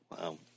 wow